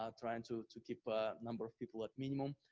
ah trying to to keep a number of people at minimum,